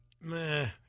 meh